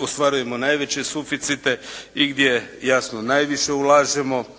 ostvarujemo najveće suficite i gdje jasno najviše ulažemo